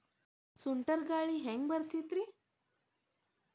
ಸುಂಟರ್ ಗಾಳಿ ಹ್ಯಾಂಗ್ ಬರ್ತೈತ್ರಿ?